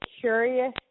curious